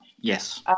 Yes